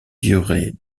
durée